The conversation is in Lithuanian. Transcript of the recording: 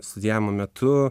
studijavimo metu